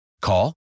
Call